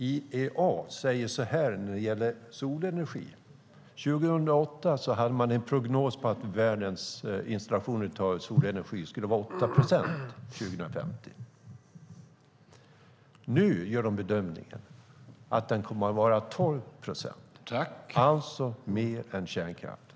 IEA säger så här om solenergi: 2008 hade man en prognos för att världens installation av solenergi skulle utgöra 8 procent 2050. Nu gör man bedömningen att den kommer att utgöra 12 procent - alltså mer än kärnkraften.